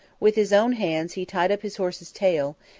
with his own hands he tied up his horse's tail,